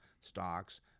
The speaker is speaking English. stocks